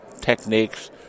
techniques